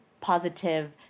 positive